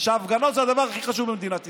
שההפגנות זה הדבר הכי חשוב במדינת ישראל.